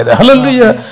Hallelujah